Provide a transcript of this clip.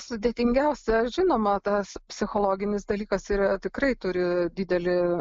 sudėtingiausia žinoma tas psichologinis dalykas yra tikrai turi didelį